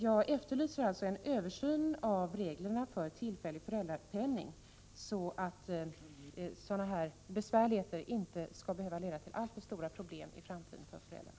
Jag efterlyser alltså en översyn av reglerna för tillfällig föräldrapenning, så att sådana här besvärligheter i framtiden inte skall behöva leda till alltför stora problem för föräldrarna.